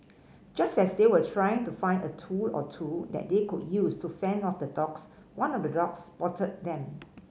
just as they were trying to find a tool or two that they could use to fend off the dogs one of the dogs spotted them